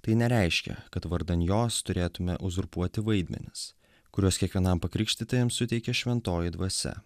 tai nereiškia kad vardan jos turėtume uzurpuoti vaidmenis kurios kiekvienam pakrikštytajam suteikia šventoji dvasia